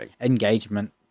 engagement